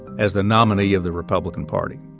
as the nominee of the republican party.